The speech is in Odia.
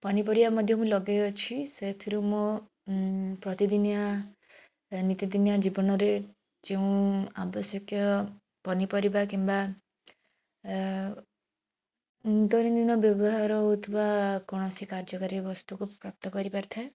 ପନିପରିବା ମଧ୍ୟ ମୁଁ ଲଗେଇ ଅଛି ସେଥିରୁ ମୋ ପ୍ରତିଦିନିଆ ନିତିଦିନିଆ ଜୀବନରେ ଯେଉଁ ଆବଶ୍ୟକୀୟ ପନିପରିବା କିମ୍ବା ଦୈନଦିନ ବ୍ୟବହାର ହଉଥିବା କୌଣସି କାର୍ଯ୍ୟକାରୀ ବସ୍ତୁକୁ ପ୍ରାପ୍ତ କରିପାରିଥାଏ